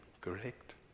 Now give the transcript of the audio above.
correct